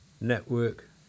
Network